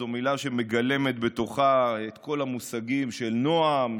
זו מילה שמגלמת בתוכה את כל המושגים של נועם,